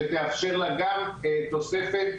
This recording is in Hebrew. שתאפשר לה גם תוספת,